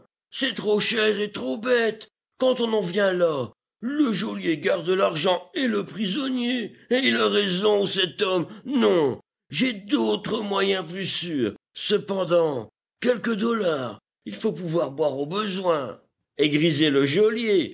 c'est trop cher et trop bête quand on en vient là le geôlier garde l'argent et le prisonnier et il a raison cet homme non j'ai d'autres moyens plus sûrs cependant quelques dollars il faut pouvoir boire au besoin et griser le